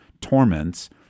torments